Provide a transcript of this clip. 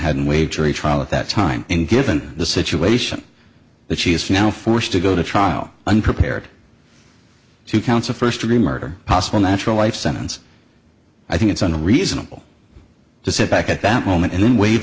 hadn't wager a trial at that time and given the situation that she is now forced to go to trial unprepared two counts of first degree murder possible natural life sentence i think it's on a reasonable to sit back at that moment and then waive